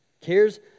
cares